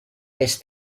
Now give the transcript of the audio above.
vés